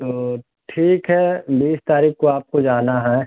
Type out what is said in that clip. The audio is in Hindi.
तो ठीक है बीस तारीख़ को आपको जाना है